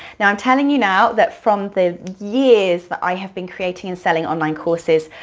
now i'm telling you now that from the years that i have been creating and selling online courses,